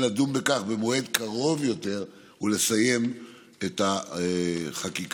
לדון בכך במועד קרוב יותר ולסיים את החקיקה.